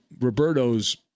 Roberto's